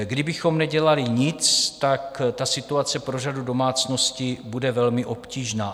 Kdybychom nedělali nic, situace pro řadu domácností bude velmi obtížná.